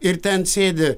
ir ten sėdi